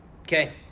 Okay